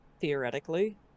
Theoretically